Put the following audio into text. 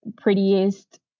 prettiest